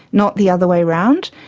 not the other way around.